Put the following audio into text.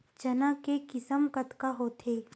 चना के किसम कतका होथे?